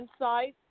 insights